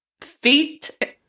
feet